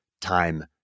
time